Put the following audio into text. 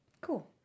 Cool